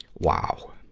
wow!